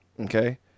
Okay